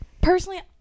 personally